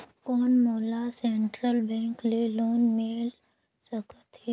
कौन मोला central bank ले लोन मिल सकथे?